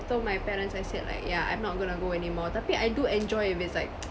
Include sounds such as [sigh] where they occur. told my parents I said like yeah I'm not going to go anymore tapi I do enjoy if it's like [noise]